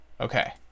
okay